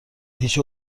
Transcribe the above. هیچ